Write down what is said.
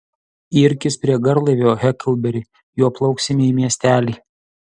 irkis prie garlaivio heklberi juo plauksime į miestelį